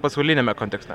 pasauliniame kontekste